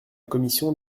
commission